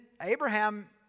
Abraham